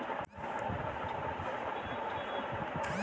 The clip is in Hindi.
कच्ची चीनी को रिफाइनरी में ले जाकर इसे और शुद्ध किया जाता है